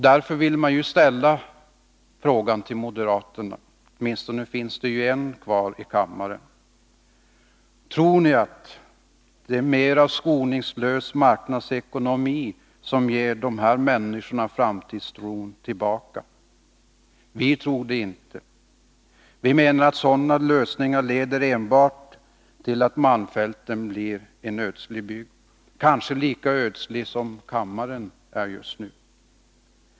Därför vill jag ställa frågan till moderaterna — det finns ju åtminstone en kvar i kammaren: Tror ni att det är en mer skoningslös marknadsekonomi som ger dessa människor framtidstron tillbaka? Vi tror det inte. Vi menar att sådana lösningar enbart leder till att malmfälten blir en ödslig bygd — kanske lika ödslig som kammaren är just nu.